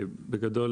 בגדול,